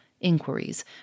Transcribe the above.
inquiries